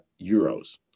euros